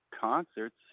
concerts